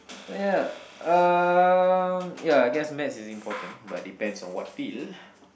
but ya uh ya I guess Maths is important but depends on what field